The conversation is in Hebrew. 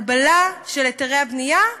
הגבלה של היתרי הבנייה.